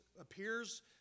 appears